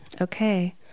Okay